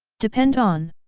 depend on?